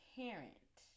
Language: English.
parent